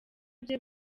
bye